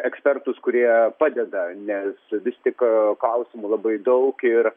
ekspertus kurie padeda nes vis tik klausimų labai daug ir